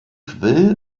will